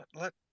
let